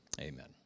Amen